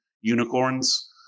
unicorns